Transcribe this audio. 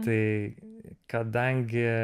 tai kadangi